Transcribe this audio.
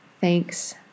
Thanks